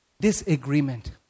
Disagreement